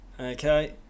Okay